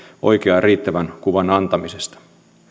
ja riittävän kuvan antamisesta